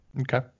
Okay